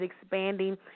expanding